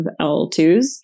L2s